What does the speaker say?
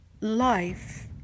life